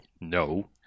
No